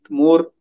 more